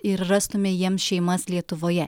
ir rastume jiems šeimas lietuvoje